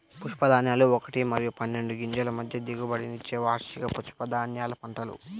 పప్పుధాన్యాలు ఒకటి మరియు పన్నెండు గింజల మధ్య దిగుబడినిచ్చే వార్షిక పప్పుధాన్యాల పంటలు